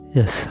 Yes